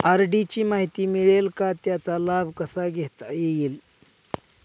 RD ची माहिती मिळेल का, त्याचा लाभ कसा घेता येईल?